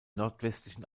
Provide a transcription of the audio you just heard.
nordwestlichen